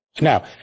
Now